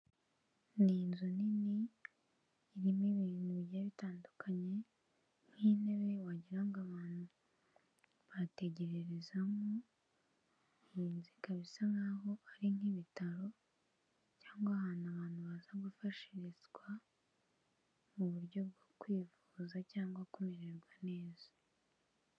Ni inzu nini irimo ibintu bigiye bitandukanye nk'intebe wagira ngo abantu bategererezamo. Iyi nzu ikaba isa nk'aho ari nk'Ibitaro, cyangwa ahantu abantu baza gufashirizwa mu buryo bwo kwivuza cyangwa kumererwa neza.